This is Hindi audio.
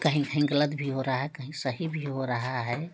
कहीं कहीं गलत भी हो रहा है कहीं सही भी हो रहा है